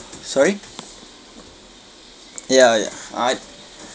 sorry ya ya I